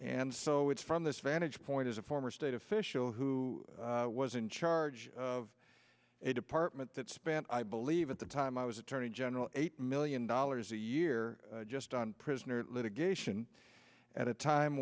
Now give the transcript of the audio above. and so it's from this vantage point as a former state official who was in charge of a department that spent i believe at the time i was attorney general eight million dollars a year just on prisoner litigation at a time